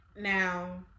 Now